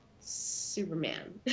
Superman